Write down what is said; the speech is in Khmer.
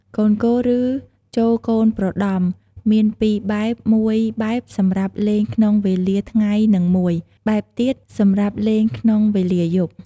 កូនគោល ឬចូកូនប្រដំ មាន ២បែប ១ បែបសម្រាប់លេងក្នុងវេលាថ្ងៃ និង១ បែបទៀតសម្រាប់លេងក្នុងវេលាយប់ ។